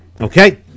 Okay